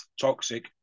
toxic